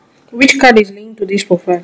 which card is linked to this profile